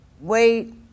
wait